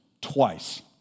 twice